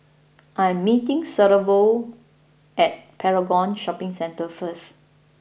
I am meeting Severo at Paragon Shopping Centre First